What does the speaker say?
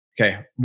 Okay